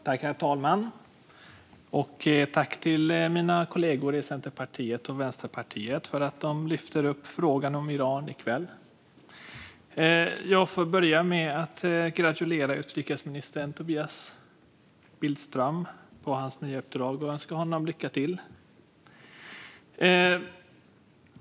Herr talman! Tack till mina kollegor i Centerpartiet och Vänsterpartiet för att de lyfter upp frågan om Iran i kväll! Jag får börja med att gratulera utrikesminister Tobias Billström till hans nya uppdrag och önska honom lycka till.